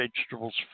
vegetables